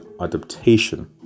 adaptation